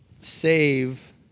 save